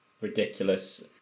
ridiculous